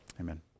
Amen